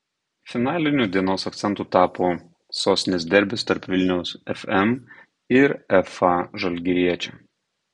finaliniu dienos akcentu tapo sostinės derbis tarp vilniaus fm ir fa žalgiriečio